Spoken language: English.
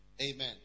Amen